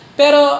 pero